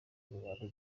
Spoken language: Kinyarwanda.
rwanda